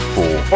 Four